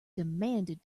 demanded